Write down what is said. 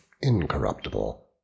incorruptible